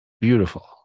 Beautiful